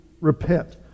repent